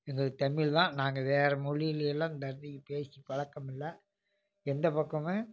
எங்களுக்கு தமிழ் தான் நாங்கள் வேறு மொழியிலையிலாம் டப்பிங்கு பேசி பழக்கம் இல்லை எந்த பக்கமுமே